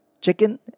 chicken